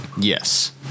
Yes